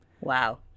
Wow